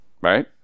right